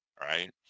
right